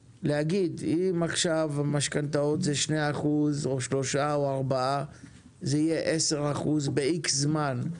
להגיד: אם עכשיו המשכנתאות זה 2% או 3% או 4% זה יהיה 10% ב-X זמן,